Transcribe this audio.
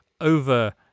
over